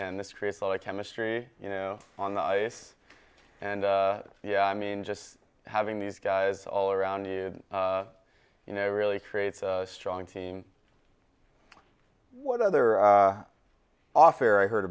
and this creates all the chemistry you know on the ice and yeah i mean just having these guys all around you you know really creates a strong team what other off air i heard